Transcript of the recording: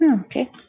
Okay